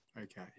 Okay